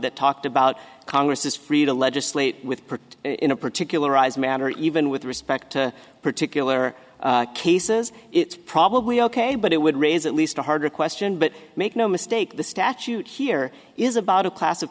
that talked about congress is free to legislate with protect in a particular manner even with respect to particular cases it's probably ok but it would raise at least a harder question but make no mistake the statute here is about a class of